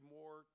more